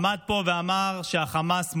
עמד פה ואמר שהחמאס מורתע,